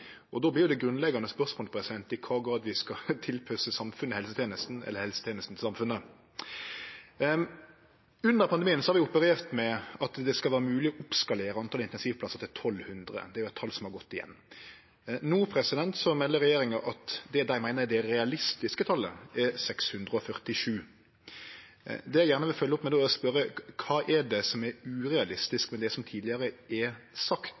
Då blir det grunnleggjande spørsmålet i kva grad vi skal tilpasse samfunnet til helsetenesta eller helsetenesta til samfunnet. Under pandemien har vi operert med at det skal vere mogleg å skalere opp talet på intensivplassar til 1 200. Det er jo eit tal som har gått igjen. No melder regjeringa at det dei meiner er det realistiske talet, er 647. Det eg gjerne vil følgje opp med då, er å spørje: Kva er det som er urealistisk med det som tidlegare er sagt,